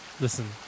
Listen